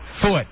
foot